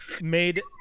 made